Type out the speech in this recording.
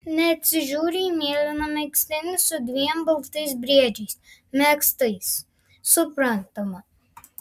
neatsižiūriu į mėlyną megztinį su dviem baltais briedžiais megztais suprantama